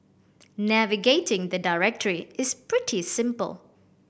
navigating the directory is pretty simple